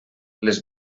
les